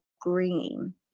green